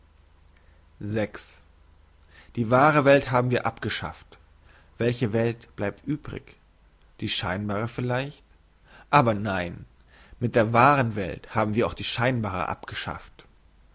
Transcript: die wahre welt haben wir abgeschafft welche welt blieb übrig die scheinbare vielleicht aber nein mit der wahren welt haben wir auch die scheinbare abgeschafft